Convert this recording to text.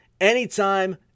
anytime